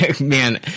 man